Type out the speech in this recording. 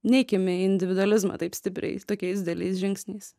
neikime į individualizmą taip stipriai tokiais dideliais žingsniais